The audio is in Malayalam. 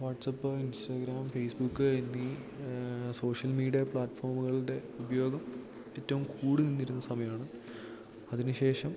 വാട്ട്സപ്പ് ഇൻസ്റ്റഗ്രാം ഫേസ്ബുക്ക് എന്നീ സോഷ്യൽ മീഡിയ പ്ലാറ്റ്ഫോമ്കളുടെ ഉപയോഗം ഏറ്റവും കൂടി നിന്നിരുന്ന സമയാണ് അതിന് ശേഷം